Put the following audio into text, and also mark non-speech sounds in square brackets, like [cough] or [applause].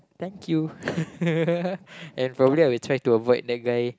thank you [laughs] and probably I'll try to avoid that guy